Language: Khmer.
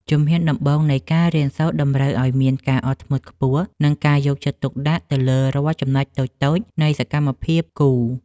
ជំហានដំបូងនៃការរៀនសូត្រតម្រូវឱ្យមានការអត់ធ្មត់ខ្ពស់ និង ការយកចិត្តទុកដាក់ទៅលើរាល់ចំណុចតូចៗនៃសកម្មភាពគូរ។